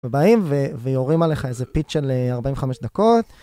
ובאים ויורים עליך איזה פיץ' של 45 דקות.